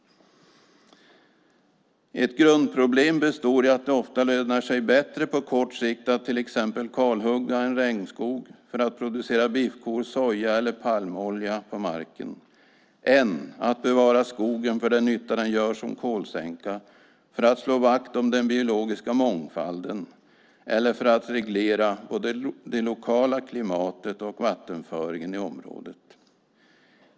Ett grundproblem består i att det ofta lönar sig bättre på kort sikt att till exempel kalhugga en regnskog - för att producera biffkor, soja eller palmolja på marken - än att bevara skogen för den nytta den gör som kolsänka, för att slå vakt om den biologiska mångfalden eller för att reglera både det lokala klimatet och vattenföringen i området.